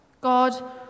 God